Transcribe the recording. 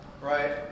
right